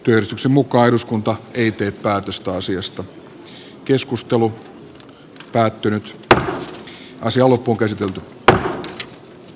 työjärjestyksen mukaan eduskunta ei tee päätöstä asiasta